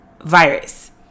virus